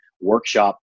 workshop